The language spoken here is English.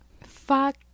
Fuck